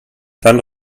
dann